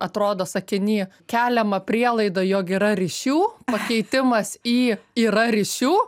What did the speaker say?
atrodo sakiny keliama prielaida jog yra ryšių pakeitimas į yra ryšių